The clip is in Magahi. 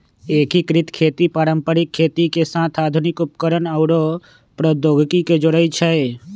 एकीकृत खेती पारंपरिक खेती के साथ आधुनिक उपकरणअउर प्रौधोगोकी के जोरई छई